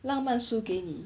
浪漫输给你